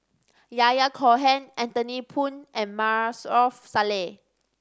Yahya Cohen Anthony Poon and Maarof Salleh